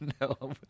No